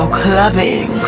clubbing